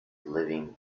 living